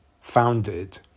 founded